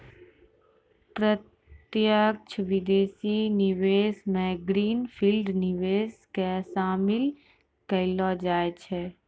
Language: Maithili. प्रत्यक्ष विदेशी निवेश मे ग्रीन फील्ड निवेश के शामिल केलौ जाय छै